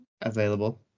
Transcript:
available